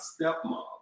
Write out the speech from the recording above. stepmom